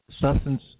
Substance